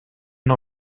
une